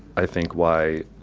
i think why,